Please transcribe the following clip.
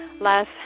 last